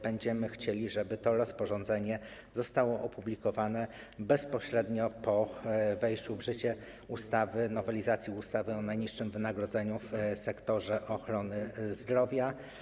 Będziemy chcieli, żeby to rozporządzenie zostało opublikowane bezpośrednio po wejściu w życie nowelizacji ustawy o najniższym wynagrodzeniu w sektorze ochrony zdrowia.